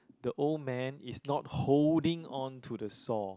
the old man is not holding on to the saw